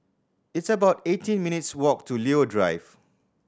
it's about eighteen minutes' walk to Leo Drive